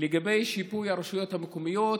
לגבי שיפוי הרשויות המקומיות